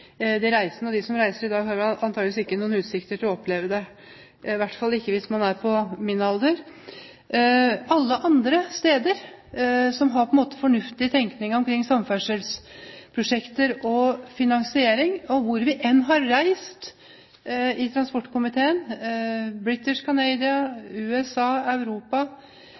de reisende. De som reiser i dag, har antageligvis ikke noen utsikter til å oppleve det, i hvert fall hvis man er på min alder. Alle andre steder har på en måte en fornuftig tenkning omkring samferdselsprosjekter og finansiering, hvor vi enn har reist med transportkomiteen, som til British Columbia i Canada, i USA og i Europa,